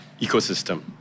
ecosystem